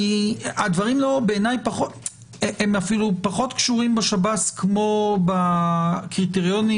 הדברים פחות קשורים בשב"ס כמו בקריטריונים